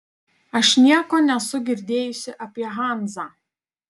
aš nieko nesu girdėjusi apie hanzą